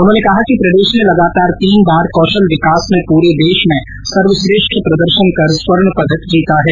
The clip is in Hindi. उन्होंने कहा कि प्रदेश ने लगातार तीन बार कौशल विकास में पूरे देश में सर्वश्रेष्ठ प्रदर्शन कर स्वर्ण पदक जीता है